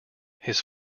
his